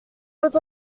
was